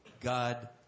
God